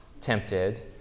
tempted